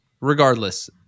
regardless